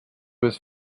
was